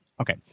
Okay